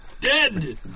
dead